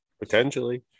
Potentially